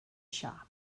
shop